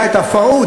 היה ה"פרהוד",